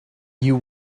you